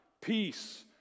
peace